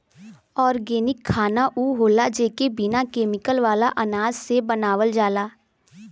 organic खाना उ होला जेके बिना केमिकल वाला अनाज से बनावल जाला